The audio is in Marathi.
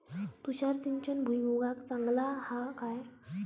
तुषार सिंचन भुईमुगाक चांगला हा काय?